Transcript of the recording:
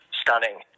stunning